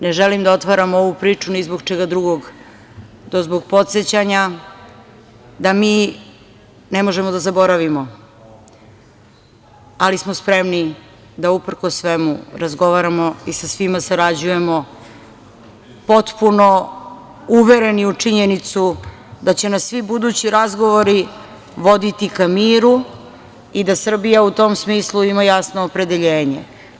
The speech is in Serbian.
Ne želim da otvaram ovu priču ni zbog čega drugog do zbog podsećanja da mi ne možemo da zaboravimo ali smo spremni da uprkos svemu razgovaramo i sa svima sarađujemo, potpuno uvereni u činjenicu da će nas svi budući razgovori voditi ka miru i da Srbija u tom smislu ima jasno opredeljenje.